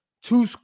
Two